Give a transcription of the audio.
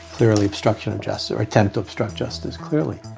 clearly obstruction of justice or attempt to obstruct justice. clearly